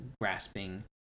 grasping